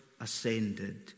ascended